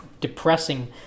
depressing